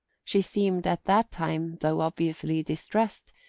she seemed, at that time, though obviously distressed,